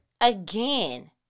again